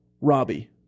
Robbie